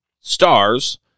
stars